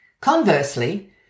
Conversely